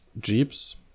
jeeps